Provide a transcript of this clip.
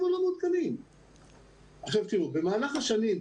במהלך השנים,